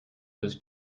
was